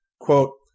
quote